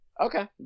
okay